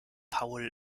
paul